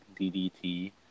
DDT